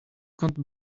could